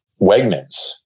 Wegmans